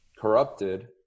corrupted